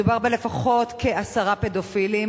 מדובר על לפחות כעשרה פדופילים,